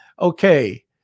Okay